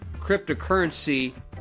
cryptocurrency